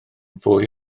fwy